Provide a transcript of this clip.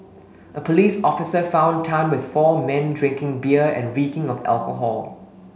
a police officer found Tan with four men drinking beer and reeking of alcohol